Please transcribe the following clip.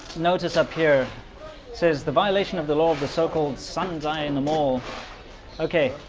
notice up here says the violation of the law of the so-called sons. i in um all okay,